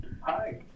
hi